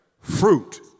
fruit